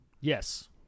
Yes